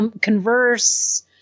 converse